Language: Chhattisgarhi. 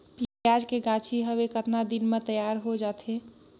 पियाज के गाछी हवे कतना दिन म तैयार हों जा थे?